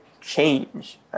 change